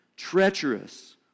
treacherous